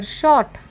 short